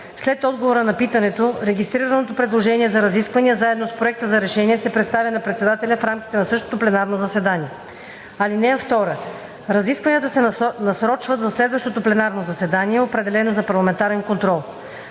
След отговора на питането, регистрираното предложение за разисквания заедно с проект за решение се представя на председателя в рамките на същото пленарно заседание. (2) Разискванията се насрочват за следващото пленарно заседание, определено за парламентарен контрол.